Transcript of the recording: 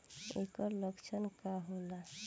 ऐकर लक्षण का होला?